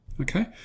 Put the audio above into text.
Okay